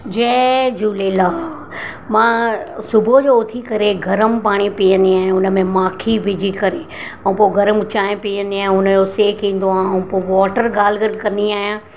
जय झूलेलाल मां सुबुह जो उथी करे गरम पाणी पीअंदी आहियां हुन में माखी विझी करे ऐं पोइ गरम चांहि पीअंदी आहियां हुन जो सेक ईंदो आहे ऐं पोइ वॉटर गार्गल कंदी आहियां